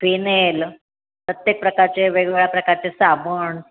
phenyl प्रत्येक प्रकारचे वेगवेगळ्या प्रकारचे साबण